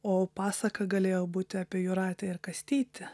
o pasaka galėjo būti apie jūratę ir kastytį